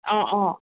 অঁ অঁ